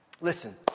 Listen